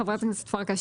חברת הכנסת פרקש,